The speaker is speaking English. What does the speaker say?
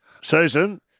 Susan